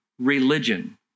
religion